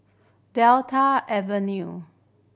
Delta Avenue